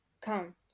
come